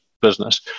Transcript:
business